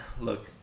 look